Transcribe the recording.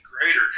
greater